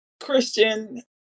Christian